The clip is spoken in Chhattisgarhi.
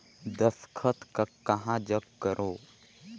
दस्खत कहा जग करो?